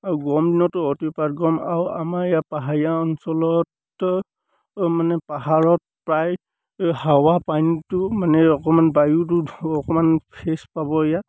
আৰু গৰম দিনতো অতিপাত গৰম আৰু আমাৰ ইয়াত পাহাৰীয়া অঞ্চলত মানে পাহাৰত প্ৰায় হাৱা পানীটো মানে অকণমান বায়ুটো অকমান ফ্ৰেছ পাব ইয়াত